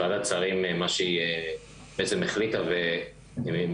ועדת השרים בעצם החליטה ושוב,